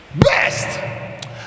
Best